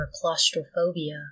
claustrophobia